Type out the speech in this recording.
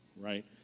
right